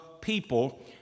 people